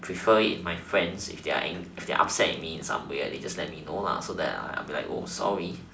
prefer it if my friends if they're an if they're upset with me in some way they just let me know so that I'm I'm like oh sorry